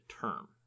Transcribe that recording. term